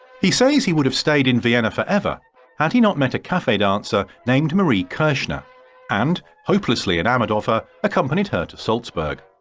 he says he would have stayed in vienna forever had he not met a cafe dancer named marie kirschner and hopelessly enamoured of her accompanied her to salzburg.